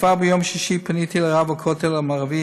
כבר ביום שישי פניתי אל רב הכותל המערבי,